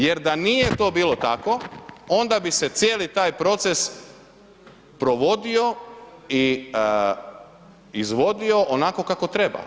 Jer da nije to bilo tako onda bi se cijeli taj proces provodio i izvodio onako kako treba.